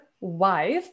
wife